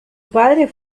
padre